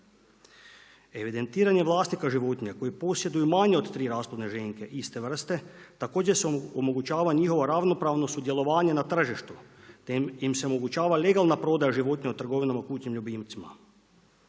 Evidentiranje vlasnika životinja koji posjeduju manje od tri rasplodne ženke iste vrste također se omogućava njihovo ravnopravno sudjelovanje na tržištu. Te im se omogućava legalna prodaja životinja u trgovinama kućnim ljubimcima.